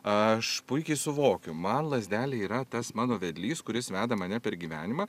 aš puikiai suvokiu man lazdelė yra tas mano vedlys kuris veda mane per gyvenimą